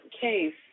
case